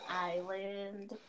island